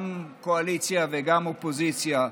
גם קואליציה וגם אופוזיציה,